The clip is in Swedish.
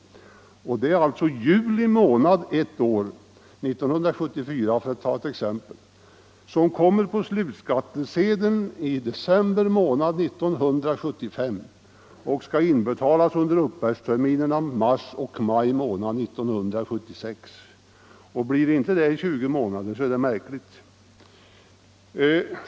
Det är alltså det belopp som skulle ha inbetalats i juli månad 1974 — för att ta ett exempel - som kommer på slutskattsedeln i december månad 1975 och som skall inbetalas under uppbördsterminerna i mars och maj månader 1976. Blir inte det 20 månader, är det märkligt!